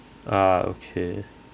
ah okay